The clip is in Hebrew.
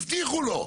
הוא לא יבנה לעולם.